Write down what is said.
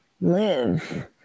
live